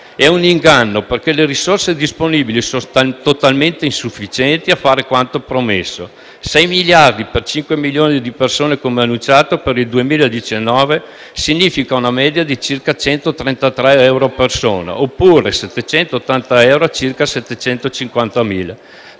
È un inganno perché le risorse disponibili sono totalmente insufficienti a fare quanto promesso: 6 miliardi per 5 milioni di persone - come annunciato - per il 2019 significa una media di un centinaio di euro al mese a persona oppure 780 euro al mese a circa